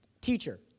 teacher